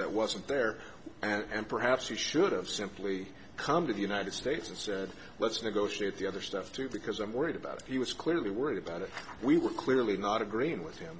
that wasn't there and perhaps we should have simply come to the united states and said let's negotiate the other stuff too because i'm worried about he was clearly worried about it we were clearly not agreeing with him